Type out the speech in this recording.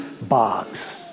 bogs